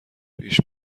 پیش